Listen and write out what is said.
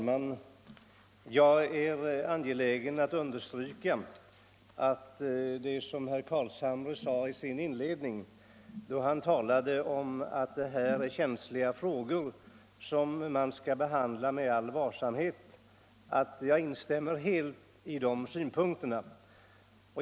Herr talman! Herr Carlshamre sade inledningsvis att detta är känsliga frågor, som man skall behandla med all varsamhet, och jag instämmer helt i den synpunkten.